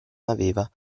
aveva